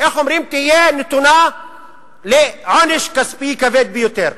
תהיה נתונה לעונש כספי כבד ביותר.